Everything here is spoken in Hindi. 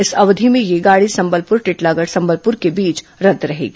इस अवधि में यह गाड़ी संबलप्र टिटलागढ़ संबलप्र के बीच रद्द रहेगी